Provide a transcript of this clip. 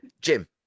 Jim